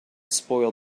spoil